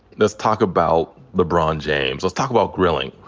let's talk about lebron james. let's talk about grilling.